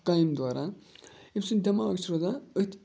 کامہِ دوران ییٚمہِ سۭتۍ دٮ۪ماغ چھِ روزان أتھۍ